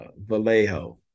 Vallejo